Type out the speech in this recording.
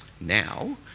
now